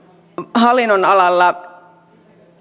hallinnonalalla